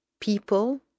people